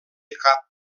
cap